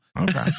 okay